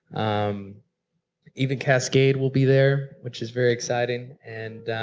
um even cascade will be there, which is very exciting. and